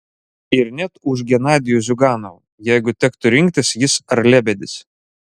ir net už genadijų ziuganovą jeigu tektų rinktis jis ar lebedis